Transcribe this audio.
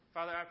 Father